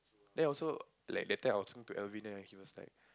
then also like I talking to Alvin right he was like